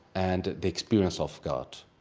and the experience of god